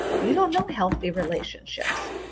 you don't know healthy relationships.